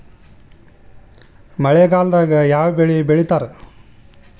ಮಳೆಗಾಲದಾಗ ಯಾವ ಬೆಳಿ ಬೆಳಿತಾರ?